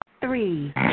Three